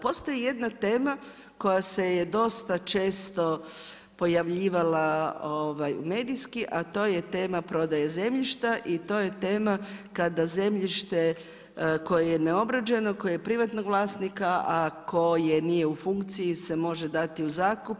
Postoji jedna tema koja se je dosta često pojavljivala medijski, a to je tema prodaje zemljišta i to je tema kada zemljište koje je neobrađeno, koje je privatnog vlasnika a koje nije u funkciji se može dati u zakup.